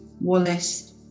Wallace